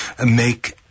make